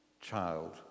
child